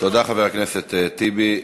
תודה, חבר הכנסת טיבי.